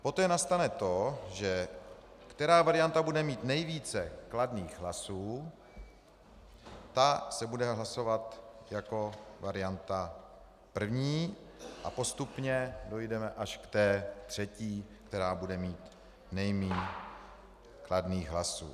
Poté nastane to, že která varianta bude mít nejvíce kladných hlasů, ta se bude hlasovat jako varianta první, a postupně dojdeme až k té třetí, která bude mít nejmíň kladných hlasů.